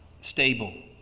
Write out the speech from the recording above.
stable